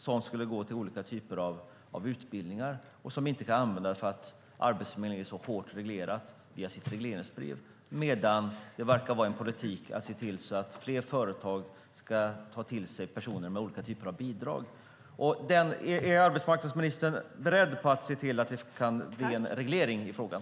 De pengarna skulle gå till olika typer av utbildningar men kunde inte användas därför att Arbetsförmedlingen är så hårt reglerad via sitt regleringsbrev, medan det verkar vara en politik att se till att fler företag ska ta till sig personer med olika typer av bidrag. Är arbetsmarknadsministern beredd att se till att det kan bli en reglering i frågan?